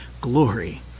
glory